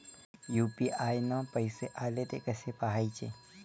UPI न पैसे आले, थे कसे पाहाचे?